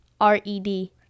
r-e-d